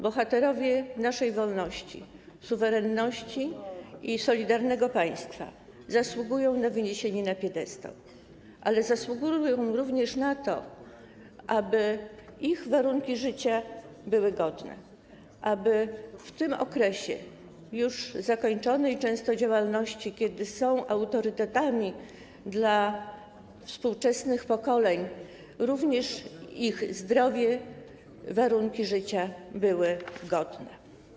Bohaterowie naszej wolności, suwerenności i solidarnego państwa zasługują na wyniesienie na piedestał, ale zasługują również na to, aby ich warunki życia były godne, aby w tym okresie już zakończonej często działalności, kiedy są autorytetami dla współczesnych pokoleń, również ich zdrowie, warunki życia były godne.